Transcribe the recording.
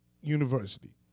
University